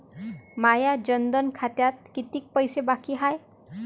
माया जनधन खात्यात कितीक पैसे बाकी हाय?